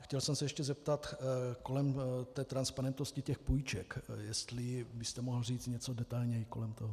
Chtěl jsem se ještě zeptat kolem transparentnosti těch půjček, jestli byste mohl říci něco detailněji kolem toho.